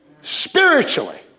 spiritually